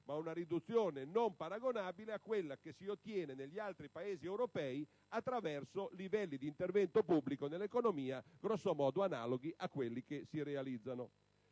la quale però non è paragonabile a quella che si ottiene negli altri Paesi europei attraverso livelli di intervento pubblico nell'economia praticamente analoghi a quelli che si realizzano